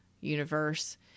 universe